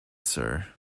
sir